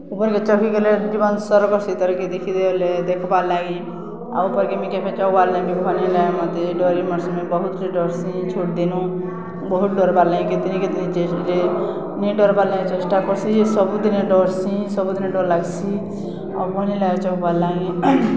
ଉପର୍କେ ଚଘିଗଲେ ଜୀବନ୍ ସର୍ କର୍ସି ତଲ୍କେ ଦେଖିଦେଲେ ଦେଖ୍ବାର୍ଲାଗି ଆଉ ଉପର୍କେ ମୁଇଁ କେଭେ ଚଡ଼୍ବାର୍ ଲାଗି ବି ଭଲ୍ ନି ଲାଗେ ମତେ ଡରି ମର୍ସିଁ ବହୁତ୍ ଡର୍ସି ଛୋଟ୍ ଦିନୁ ବହୁତ୍ ଡର୍ବାର୍ ଲାଗି କେତେନି କେତେ ନେଇ ଡର୍ବାର୍ ଲାଗି ଚେଷ୍ଟା କର୍ସି ଯେ ସବୁଦିନେ ଡର୍ସିଁ ସବୁଦିନେ ଡର୍ ଲାଗ୍ସି ଆଉ ଭଲ୍ ନି ଲାଗେ ଚଘ୍ବାର୍ ଲାଗି